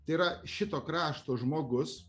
tai yra šito krašto žmogus